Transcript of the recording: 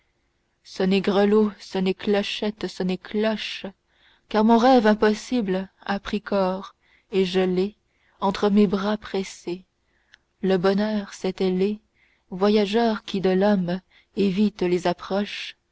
sonnez grelots sonnez clochettes sonnez cloches car mon rêve impossible a pris corps et je l'ai entre mes bras pressé le bonheur cet ailé voyageur qui de l'homme évite les approches